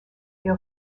des